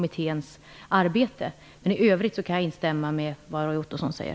I övrigt kan jag instämma i vad Roy Ottosson säger.